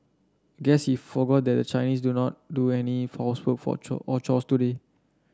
guess he forgot that the Chinese do not do any housework for chore or chores today